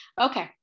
Okay